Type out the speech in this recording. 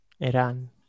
Eran